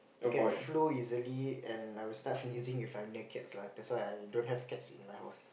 get flu easily and I'll start sneezing if I'm near cats lah that's why I don't have cats in my house